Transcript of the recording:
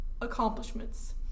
accomplishments